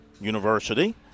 University